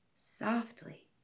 Softly